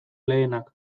lehenak